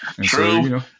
True